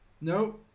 No